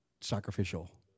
sacrificial